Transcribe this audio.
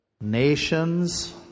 nations